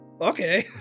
okay